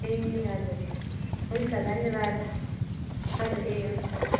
ए हजुर हुन्छ धन्यवाद हजुर ए हुन्छ हुन्छ